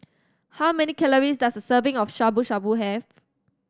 how many calories does a serving of Shabu Shabu have